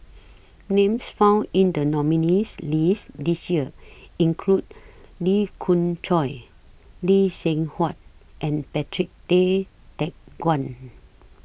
Names found in The nominees' list This Year include Lee Khoon Choy Lee Seng Huat and Patrick Tay Teck Guan